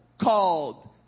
called